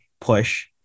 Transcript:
push